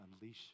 unleash